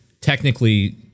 technically